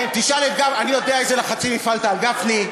אני יודע איזה לחצים הפעלת על גפני,